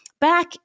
back